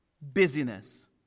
busyness